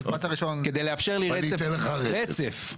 כדי לאפשר לי רצף.